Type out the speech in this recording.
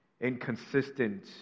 Inconsistent